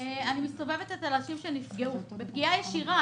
אני מסתובבת אצל אנשים שנפגעו בפגיעה ישירה,